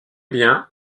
bien